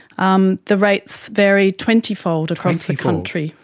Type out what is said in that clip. um the rates varied twentyfold across the country.